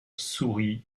sourit